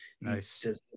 Nice